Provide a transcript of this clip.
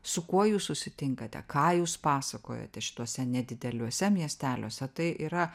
su kuo jūs susitinkate ką jūs pasakojate šituose nedideliuose miesteliuose tai yra